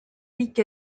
week